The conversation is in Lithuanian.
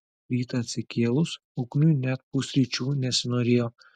rytą atsikėlus ugniui net pusryčių nesinorėjo